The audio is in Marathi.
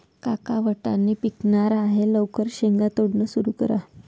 काका वाटाणे पिकणार आहे लवकर शेंगा तोडणं सुरू करा